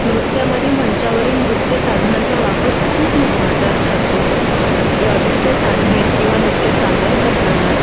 नृत्यामध्ये मंचावरील नृत्य साधनांचा वापर खूप महत्त्वाचा ठरतो त नृत्य साधनेत किंवा नृत्य सादर करताना